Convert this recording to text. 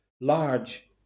large